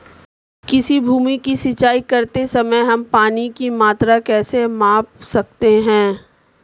किसी भूमि की सिंचाई करते समय हम पानी की मात्रा कैसे माप सकते हैं?